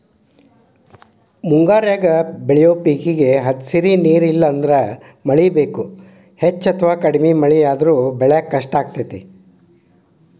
ಮುಂಗಾರ್ಯಾಗ ಬೆಳಿಯೋ ಪೇಕೇಗೆ ಹದಸಿರಿ ನೇರ ಇಲ್ಲಂದ್ರ ಮಳಿ ಬೇಕು, ಹೆಚ್ಚ ಅಥವಾ ಕಡಿಮೆ ಮಳೆಯಾದ್ರೂ ಬೆಳ್ಯಾಕ ಕಷ್ಟಾಗ್ತೇತಿ